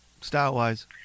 style-wise